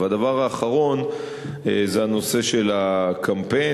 והדבר האחרון זה הנושא של הקמפיין,